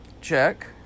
check